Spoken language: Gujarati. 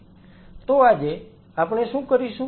તો આજે આપણે શું કરીશું